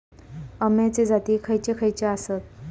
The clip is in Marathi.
अम्याचे जाती खयचे खयचे आसत?